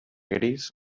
gris